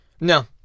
No